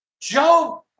Job